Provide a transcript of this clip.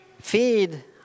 feed